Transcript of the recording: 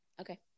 Okay